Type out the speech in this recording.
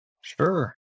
Sure